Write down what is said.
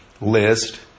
list